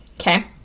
Okay